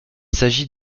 s’agit